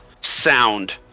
sound